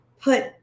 put